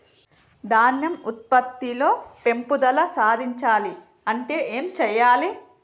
ధాన్యం ఉత్పత్తి లో పెంపుదల సాధించాలి అంటే ఏం చెయ్యాలి?